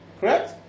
Correct